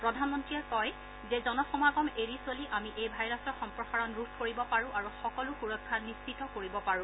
প্ৰধানমন্ত্ৰীয়ে কয় যে জনসমাগম এৰি চলি আমি এই ভাইৰাছৰ সম্প্ৰসাৰণ ৰোধ কৰিব পাৰো আৰু সকলো সুৰক্ষা নিশ্চিত কৰিব পাৰো